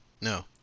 No